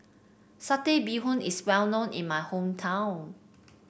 Satay Bee Hoon is well known in my hometown